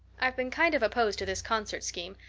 i've been kind of opposed to this concert scheme,